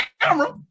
camera